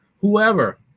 whoever